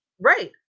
Right